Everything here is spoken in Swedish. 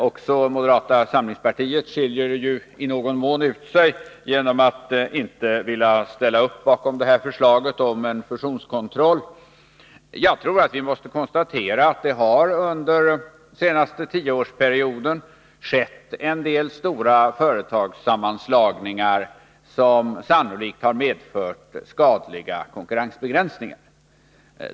Också moderata samlingspartiet skiljer i någon mån ut sig genom att inte vilja ansluta sig till förslaget om en fusionskontroll. Jag tror att vi måste konstatera att det under den senaste tioårsperioden har skett en del stora företagssammanslagningar som sannolikt har medfört skadliga konkurrensbegränsningar.